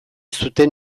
zuten